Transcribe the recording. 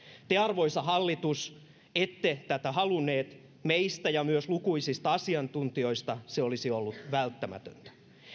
te arvoisa hallitus ette tätä halunneet meistä ja myös lukuisista asiantuntijoista se olisi ollut välttämätöntä